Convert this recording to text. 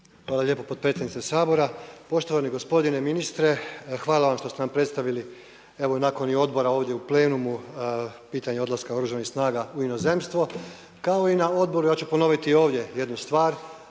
Hvala lijepo potpredsjednice Sabora. Poštovani gospodine ministre, hvala vam što ste nam predstavili evo nakon i odbora ovdje u plenumu pitanje odlaska Oružanih snaga u inozemstvo. Kao i na odboru ja ću ponoviti i ovdje jednu stvar,